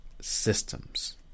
systems